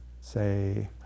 say